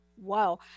wow